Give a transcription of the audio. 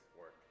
work